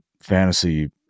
fantasy